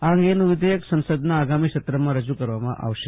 આ અંગેનું વિધેયક સંસદના આગામી સત્રમાં રજૂ કરવામાં આવશે